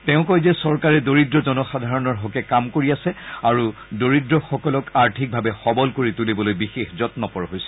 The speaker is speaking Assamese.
তেওঁ কয় যে চৰকাৰে দৰিদ্ৰ জনসাধাৰণৰ হকে কাম কৰি আছে আৰু দৰিদ্ৰসকলক আৰ্থিকভাৱে সকল কৰি তুলিবলৈ বিশেষ যন্নপৰ হৈছে